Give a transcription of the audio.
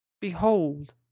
Behold